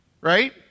Right